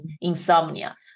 insomnia